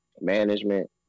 management